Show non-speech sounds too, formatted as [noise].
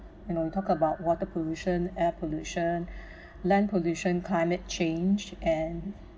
you know we talk about water pollution air pollution [breath] land pollution climate change and